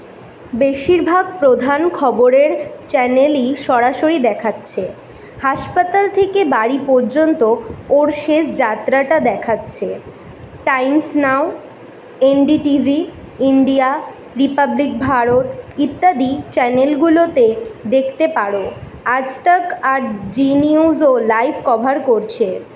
বেশিরভাগ প্রধান খবরের চ্যানেলই সরাসরি দেখাচ্ছে হাসপাতাল থেকে বাড়ি পর্যন্ত ওঁর শেষ যাত্রাটা দেখাচ্ছে Times Now N D T V India Republic Bharat ইত্যাদি চ্যানেলগুলোতে দেখতে পারো আজ তাক আর জি নিউজও লাইভ কভার করছে